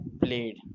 played